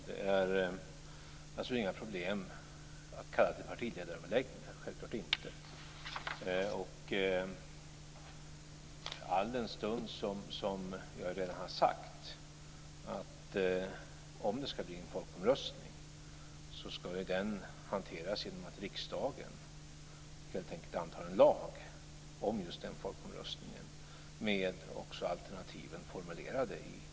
Det är inga problem att kalla till partiledaröverläggningar, självklart inte, alldenstund jag redan har sagt att om det ska bli en folkomröstning ska den hanteras genom att riksdagen helt enkelt antar en lag om just den folkomröstningen med alternativen formulerade i denna lag.